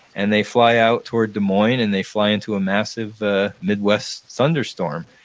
and they fly out toward des moines and they fly into a massive midwest thunderstorm,